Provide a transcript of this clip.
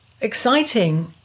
exciting